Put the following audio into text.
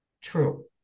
true